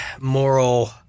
moral